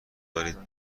دارید